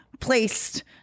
Placed